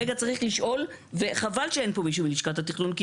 רגע צריך לשאול וחבל שאין פה מישהו מלשכת התכנון.